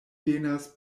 venas